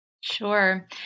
Sure